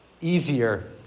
easier